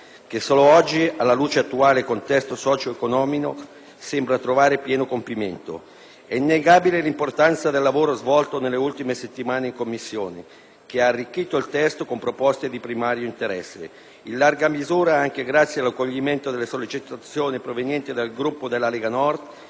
che solo oggi - alla luce dell'attuale contesto socio-economico - sembra trovare pieno compimento. È innegabile l'importanza del lavoro svolto nelle ultime settimane in Commissione, che ha arricchito il testo con proposte di primario interesse, in larga misura anche grazie all'accoglimento delle sollecitazioni provenienti dal Gruppo della Lega Nord.